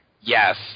Yes